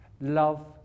love